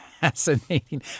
fascinating